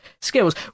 skills